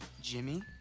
Jimmy